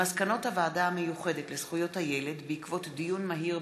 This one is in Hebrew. על מסקנות הוועדה המיוחדת לזכויות הילד בעקבות דיון מהיר